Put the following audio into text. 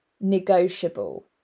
negotiable